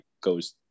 goes